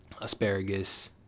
asparagus